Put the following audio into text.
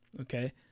Okay